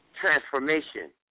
transformation